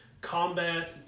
combat